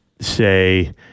say